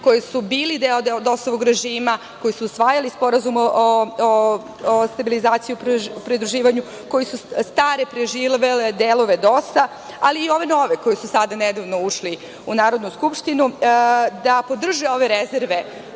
koji su bili deo DOS režima, koji su usvajali Sporazum o stabilizaciji pridruživanju, koje su stari preživeli delovi DOS-a, a i ove nove koje su sada nedavno ušli u Narodnu skupštinu, da podrže ove rezerve